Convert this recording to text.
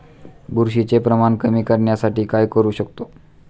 बुरशीचे प्रमाण कमी करण्यासाठी काय करू शकतो?